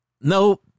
no